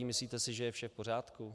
Myslíte si, že je vše v pořádku?